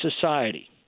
society